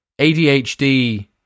ADHD